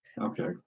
Okay